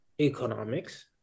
economics